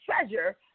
treasure